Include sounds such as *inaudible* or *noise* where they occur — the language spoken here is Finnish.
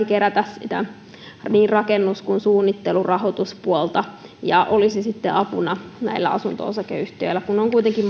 *unintelligible* kerätä nimenomaan niin rakennus kuin suunnittelurahoituspuolta ja joka olisi sitten apuna näillä asunto osakeyhtiöillä kun on kuitenkin *unintelligible*